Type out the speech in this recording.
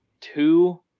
two